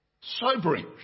sobering